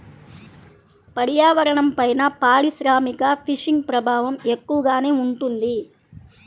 పర్యావరణంపైన పారిశ్రామిక ఫిషింగ్ ప్రభావం ఎక్కువగానే ఉంటుంది